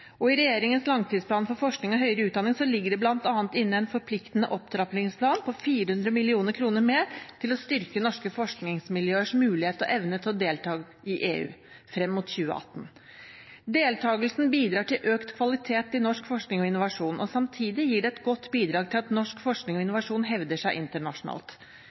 rammeprogram. I regjeringens langtidsplan for forskning og høyere utdanning ligger det bl.a. inne en forpliktende opptrappingsplan på 400 mill. kr mer til å styrke norske forskningsmiljøers mulighet og evne til å delta i EU frem mot 2018. Deltakelsen bidrar til økt kvalitet i norsk forskning og innovasjon, og samtidig gir det et godt bidrag til at norsk forskning og innovasjon hevder seg internasjonalt.